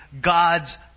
God's